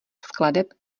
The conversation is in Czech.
skladeb